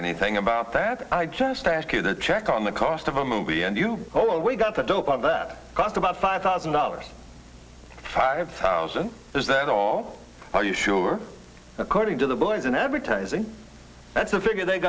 anything about that i just ask you to check on the cost of a movie and you always got the dope on that cost about five thousand dollars five thousand present all are you sure according to the boys in advertising that's a figure they